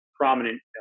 prominent